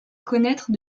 connaître